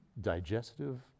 Digestive